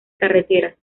carreteras